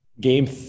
Game